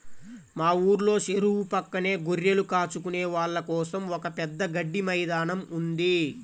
మా ఊర్లో చెరువు పక్కనే గొర్రెలు కాచుకునే వాళ్ళ కోసం ఒక పెద్ద గడ్డి మైదానం ఉంది